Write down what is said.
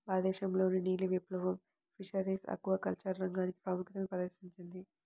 భారతదేశంలోని నీలి విప్లవం ఫిషరీస్ ఆక్వాకల్చర్ రంగానికి ప్రాముఖ్యతను ప్రదర్శించింది